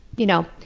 you know,